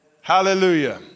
Hallelujah